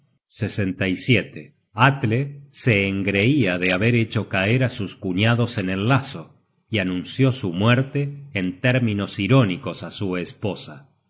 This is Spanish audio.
bien pronto amaneció atle se engreia de haber hecho caer á sus cuñados en el lazo y anunció su muerte en términos irónicos á su esposa